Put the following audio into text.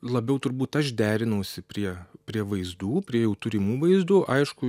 labiau turbūt aš derinausi prie prie vaizdų prie jau turimų vaizdų aišku